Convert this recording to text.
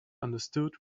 understood